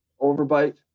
overbite